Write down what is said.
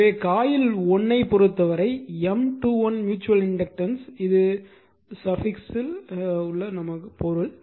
எனவே காயில் 1 ஐப் பொறுத்தவரை M21 ம்யூச்சுவல் இண்டக்டன்ஸ் இது சஃபிக்ஸ் பொருள்